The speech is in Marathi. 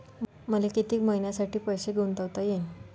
मले कितीक मईन्यासाठी पैसे गुंतवता येईन?